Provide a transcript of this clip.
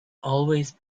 always